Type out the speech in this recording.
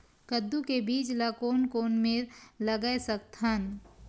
कददू के बीज ला कोन कोन मेर लगय सकथन?